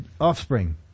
offspring